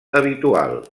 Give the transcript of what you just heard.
habitual